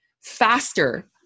faster